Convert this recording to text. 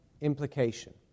implication